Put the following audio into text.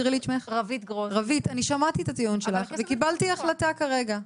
רוית, שמעתי את הטיעון שלך וקיבלתי החלטה כרגע.